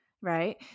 right